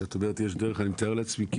כשאת אומרת שיש דרך אני מתאר לעצמי,